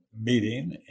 meeting